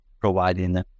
providing